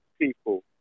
people